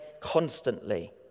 constantly